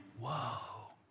whoa